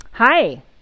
Hi